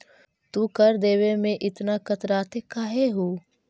तू कर देवे में इतना कतराते काहे हु